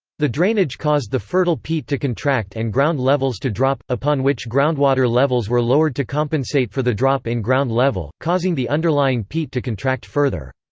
the drainage caused the fertile peat to contract and ground levels to drop, upon which groundwater levels were lowered to compensate for the drop in ground level, causing the underlying peat to contract further.